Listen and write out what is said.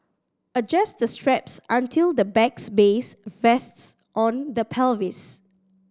adjust the straps until the bag's base rests on the pelvis